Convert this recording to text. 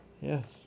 Yes